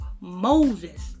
Moses